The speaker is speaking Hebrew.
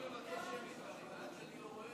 בהצבעה על הסתייגות